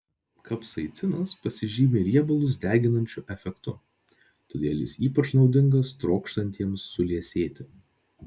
kapsaicinas pasižymi riebalus deginančiu efektu todėl jis ypač naudingas trokštantiems suliesėti